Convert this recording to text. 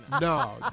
No